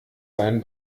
seinen